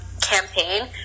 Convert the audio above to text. campaign